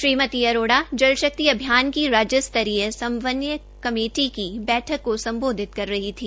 श्रीमती अरोड़ा जल शक्ति अभियान की राज्य स्तरीय समन्वय कमेटी की बैठक को सम्बोधित कर रही थी